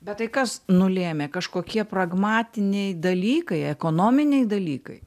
bet tai kas nulėmė kažkokie pragmatiniai dalykai ekonominiai dalykai